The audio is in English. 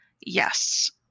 Yes